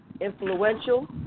influential